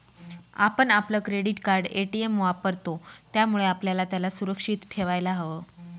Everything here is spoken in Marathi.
आपण आपलं क्रेडिट कार्ड, ए.टी.एम वापरतो, त्यामुळे आपल्याला त्याला सुरक्षित ठेवायला हव